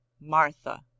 Martha